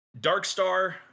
Darkstar